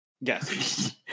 Yes